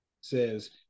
Says